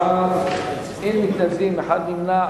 אין מתנגדים, אחד נמנע.